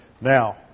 Now